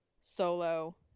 Solo